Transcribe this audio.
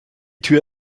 tür